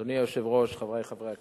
אדוני היושב-ראש, חברי חברי הכנסת,